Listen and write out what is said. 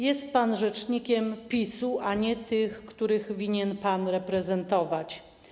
Jest pan rzecznikiem PiS-u, a nie tych, których winien pan reprezentować.